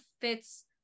fits